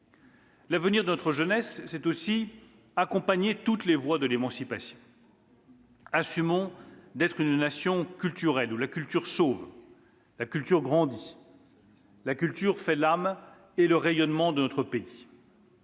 L'avenir de notre jeunesse, c'est aussi accompagner toutes les voies de l'émancipation. Assumons d'être une nation culturelle, où la culture sauve et grandit. La culture fait l'âme et le rayonnement de notre pays.